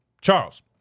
Charles